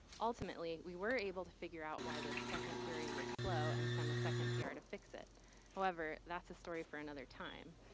ultimately we were able to figure out why the second query was slow and second pr to fix it however, that's a story for another time.